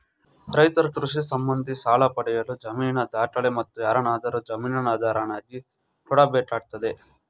ರೈತ್ರು ಕೃಷಿ ಸಂಬಂಧಿ ಸಾಲ ಪಡೆಯಲು ಜಮೀನಿನ ದಾಖಲೆ, ಮತ್ತು ಯಾರನ್ನಾದರೂ ಜಾಮೀನುದಾರರನ್ನಾಗಿ ಕೊಡಬೇಕಾಗ್ತದೆ